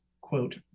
quote